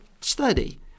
study